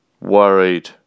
worried